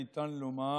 ניתן לומר: